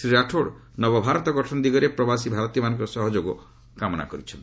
ଶ୍ରୀ ରାଠୋର ନବଭାରତ ଗଠନ ଦିଗରେ ପ୍ରବାସୀ ଭାରତୀୟମାନଙ୍କ ସହଯୋଗ କାମନା କରିଛନ୍ତି